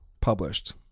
published